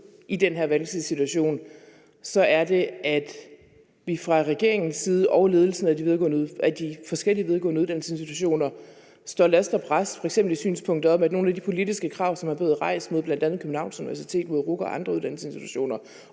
i den her vanskelige situation, er det, at vi fra regeringens side og fra ledelsen af de forskellige videregående uddannelsesinstitutioners side, f.eks. i synspunktet om, at nogle af de politiske krav, som er blevet rejst mod bl.a. Københavns Universitet, mod RUC og mod andre uddannelsesinstitutioner,